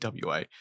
WA